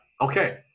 okay